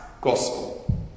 Gospel